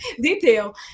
detail